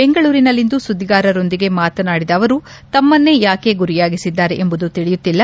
ಬೆಂಗಳೂರಿನಲ್ಲಿಂದು ಸುದ್ದಿಗಾರರೊಂದಿಗೆ ಮಾತನಾಡಿದ ಅವರು ತಮ್ನನ್ನೇ ಯಾಕೆ ಗುರಿಯಾಗಿಸಿದ್ದಾರೆ ಎಂಬುದು ತಿಳಿಯುತ್ತಿಲ್ಲ